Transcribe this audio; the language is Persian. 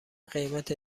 قیمت